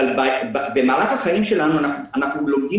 אבל במערך החיים שלנו אנחנו לומדים